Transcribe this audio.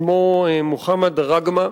שמו מוחמד דראגמה,